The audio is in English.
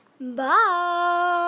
Bye